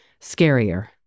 scarier